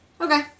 Okay